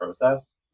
process